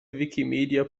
wikimedia